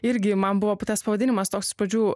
irgi man buvo tas pavadinimas toks iš pradžių